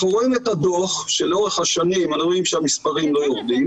אנחנו רואים את הדו"ח שלאורך השנים אנחנו רואים שהמספרים לא יורדים,